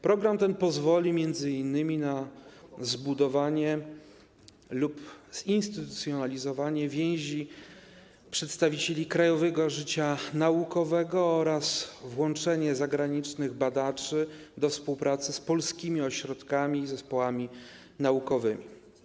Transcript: Program ten pozwoli m.in. na zbudowanie lub zintensyfikowanie więzi przedstawicieli krajowego życia naukowego oraz włączenie zagranicznych badaczy do współpracy z polskimi ośrodkami i zespołami naukowymi.